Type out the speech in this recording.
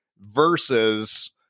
versus